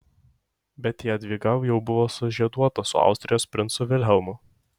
bet jadvyga jau buvo sužieduota su austrijos princu vilhelmu